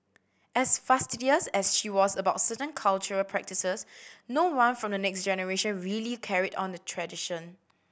as fastidious as she was about certain cultural practices no one from the next generation really carried on the tradition